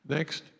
Next